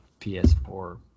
PS4